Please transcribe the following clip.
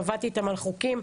עבדתי איתם על חוקים.